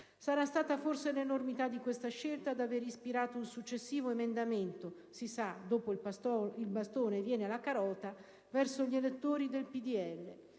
Sarà stata forse l'enormità di questa scelta ad aver ispirato il successivo emendamento - si sa, dopo il bastone viene la carota - verso gli elettori del PdL